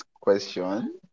question